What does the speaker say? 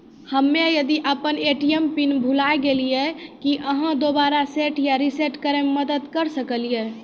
हम्मे यदि अपन ए.टी.एम पिन भूल गलियै, की आहाँ दोबारा सेट या रिसेट करैमे मदद करऽ सकलियै?